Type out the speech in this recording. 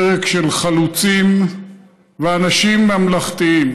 פרק של חלוצים ואנשים ממלכתיים.